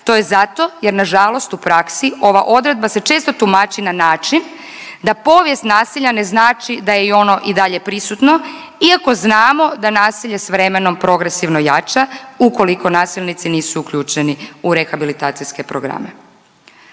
To je zato jer nažalost u praksi ova odredba se često tumači na način da povijest nasilja ne znači da je ono i dalje prisutno iako znamo da nasilje s vremenom progresivno jača ukoliko nasilnici nisu uključeni u rehabilitacijske programe.